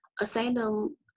Asylum